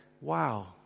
wow